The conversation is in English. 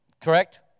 Correct